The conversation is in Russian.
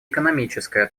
экономическая